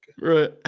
right